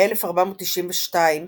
ב-1492,